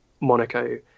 Monaco